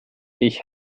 ich